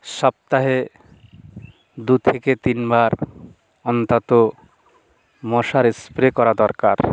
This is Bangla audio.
সপ্তাহে দু থেকে তিনবার অন্তত মশার স্প্রে করা দরকার